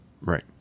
Right